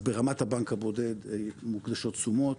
אז ברמת הבנק הבודד מוקדשות תשומות,